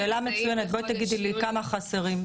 זאת שאלה מצוינת, בואי תגידי לי כמה חסרים.